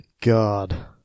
God